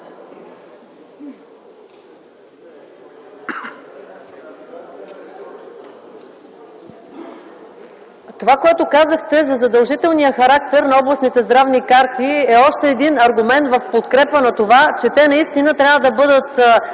Това, което казахте за задължителния характер на областните здравни карти, е още един аргумент в подкрепа на това, че те наистина трябва да бъдат